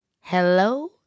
hello